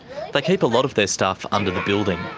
like keep a lot of their stuff under the building.